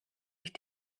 ich